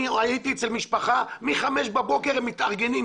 אני הייתי אצל משפחה שמ-5:00 בבוקר הם מתארגנים,